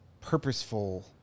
purposeful